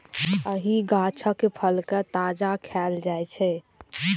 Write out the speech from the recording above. एहि गाछक फल कें ताजा खाएल जाइ छै